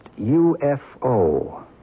UFO